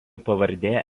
pavardė